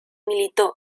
militó